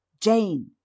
Jane